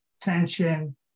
tension